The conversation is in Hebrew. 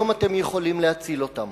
היום אתם יכולים להציל אותם.